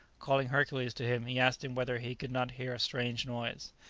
calling hercules to him, he asked him whether he could not hear a strange noise.